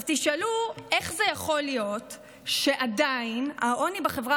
תשאלו איך זה יכול להיות שעדיין העוני בחברה